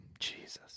Jesus